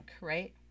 right